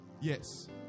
Yes